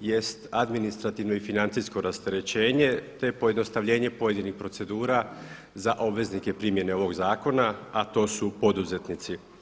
jest administrativno i financijsko rasterećenje, te pojednostavljenje pojedini procedura za obveznike primjene ovog zakona, a to su poduzetnici.